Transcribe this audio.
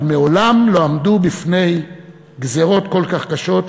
אבל מעולם לא עמדו בפני גזירות כל כך קשות.